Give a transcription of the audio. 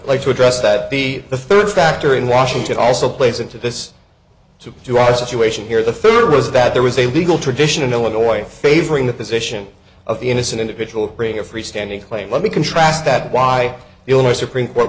like to address that be the third factor in washington also plays into this too to our situation here the third was that there was a legal tradition in illinois favoring the position of the innocent individual breyer freestanding claim let me contrast that why the illinois supreme court